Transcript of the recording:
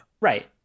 Right